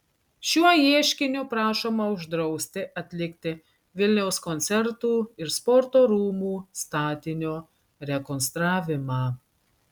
šiuo ieškiniu prašoma uždrausti atlikti vilniaus koncertų ir sporto rūmų statinio rekonstravimą